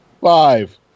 five